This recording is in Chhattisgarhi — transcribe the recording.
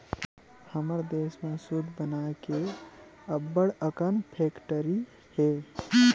हमर देस म सूत बनाए के अब्बड़ अकन फेकटरी हे